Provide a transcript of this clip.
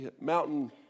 mountain